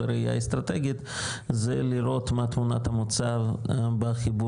בראייה אסטרטגית זה לראות מה תמונת המוצא בחיבור